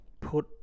put